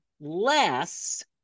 less